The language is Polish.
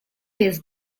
jest